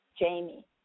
Jamie